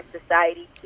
society